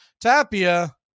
Tapia